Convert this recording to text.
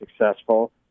successful